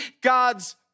God's